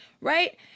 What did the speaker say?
right